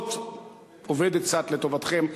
הזאת עובדת קצת לטובתכם,